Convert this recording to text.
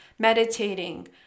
meditating